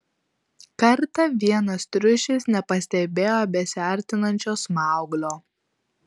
kartą vienas triušis nepastebėjo besiartinančio smauglio